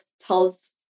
tells